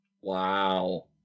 Wow